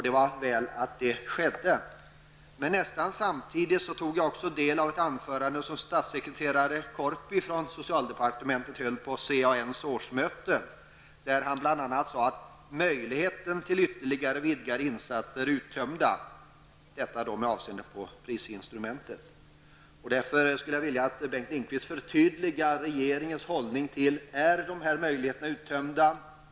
Det var väl att det skedde. Nästan samtidigt tog jag del av ett anförande som statssekreterare Sture Korpi från socialdepartementet hållit på CAN:s årsmöte. Han sade bl.a. att möjligheterna till vidgade insatser är uttömda, och det sade han med avseende på prisinstrumentet. Kan Bengt Lindqvist förtydliga regeringens hållning och tala om huruvida möjligheterna är uttömda?